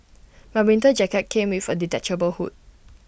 my winter jacket came with A detachable hood